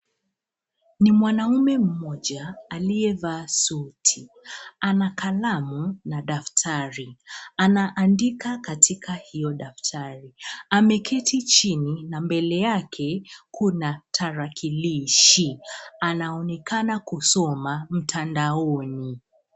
Ni mwanamume mmoja aliyevaa suti. Ana kalamu na daftari. Anaandika katika hiyo daftari. Ameketi chini na mbele yake kuna tarakilishi. Anaonekana kusoma mtandaoni.